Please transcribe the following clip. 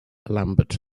lambert